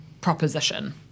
proposition